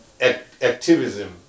activism